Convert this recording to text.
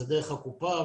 זה דרך הקופה.